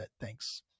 Thanks